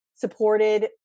supported